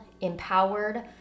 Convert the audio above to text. empowered